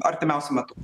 artimiausiu metu